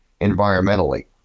environmentally